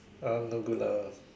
!huh! no good lah